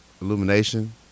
Illumination